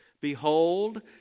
Behold